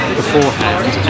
beforehand